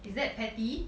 is that petty